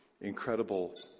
incredible